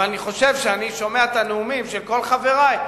אבל אני חושב שאני שומע את הנאומים של כל חברי,